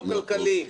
לא כלכליים.